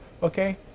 okay